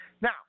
Now